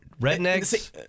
rednecks